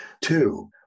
Two